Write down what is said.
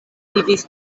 vivis